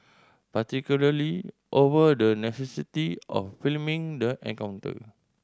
particularly over the necessity of filming the encounter